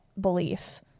belief